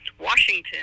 Washington